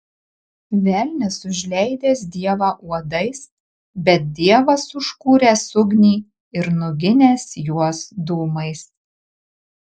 velnias užleidęs dievą uodais bet dievas užkūręs ugnį ir nuginęs juos dūmais